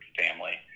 family